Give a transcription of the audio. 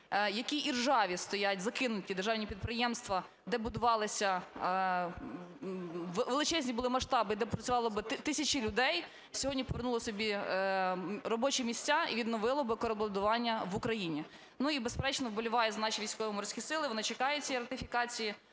які іржаві стоять, закинуті державні підприємства, де будувалися… величезні були масштаби, де б працювали тисячі людей, сьогодні б повернули собі робочі місця і відновили би кораблебудування в Україні. Ну, і, безперечно, вболіваю за наші Військово-Морські Сили, вони чекають цієї ратифікації